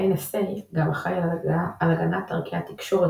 ה-NSA גם אחראי על הגנת דרכי התקשורת